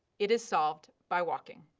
it is solved by walking.